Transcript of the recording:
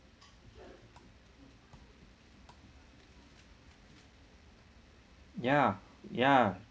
ya ya